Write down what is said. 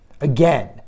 Again